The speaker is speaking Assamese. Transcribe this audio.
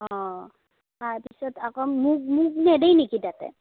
অ' তাৰপিছত আকৌ মগু মগু নিদিয়ে নেকি তাতে